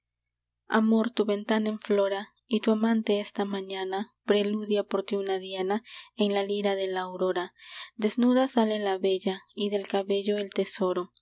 amor tu ventana enflora y tu amante esta mañana preludia por ti una diana en la lira de la aurora desnuda sale la bella y del cabello el tesoro